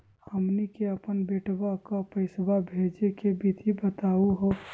हमनी के अपन बेटवा क पैसवा भेजै के विधि बताहु हो?